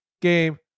game